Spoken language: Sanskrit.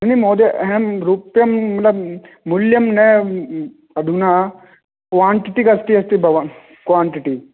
न महोदयः अहं रूप्यं न मूल्यं न अधुना क्वान्टिटि कति अस्ति भवान् क्वान्टिटि